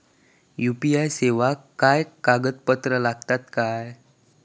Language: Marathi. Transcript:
यू.पी.आय सेवाक काय कागदपत्र लागतत काय?